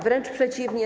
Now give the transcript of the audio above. Wręcz przeciwnie.